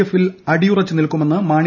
എഫിൽ അടിയുറച്ചു നിൽക്കുമെന്ന് മാണി